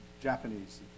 Japanese